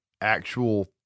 actual